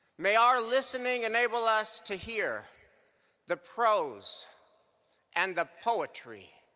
may our listening enable us to hear the prose and the poetry